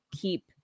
keep